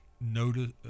notice